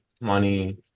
money